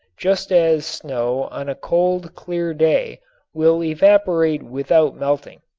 just as snow on a cold, clear day will evaporate without melting.